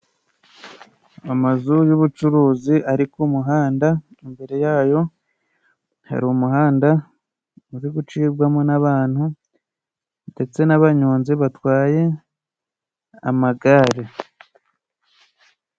Amazu y'ubucuruzi ari ku muhanda ,imbere yayo haru muhanda uri gucibwamo n'abantu, ndetse n'abanyonzi batwaye amagare.